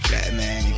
Batman